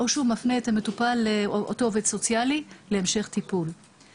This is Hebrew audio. או שהם מפנים את המטופלת להמשך טיפול אצל עובד סוציאלי.